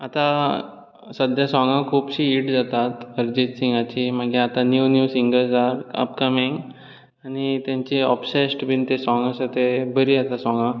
आतां सद्या साँगा खूबशीं हिट जातात अरजीत सिंगाची मागीर आतां नीव नीव सिंगर्स आहा अपकमींग आनी तेंचे ऑबसेस्ड बी तें साँग आसा तें बरी आसा साँगा